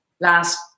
last